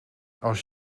als